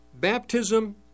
Baptism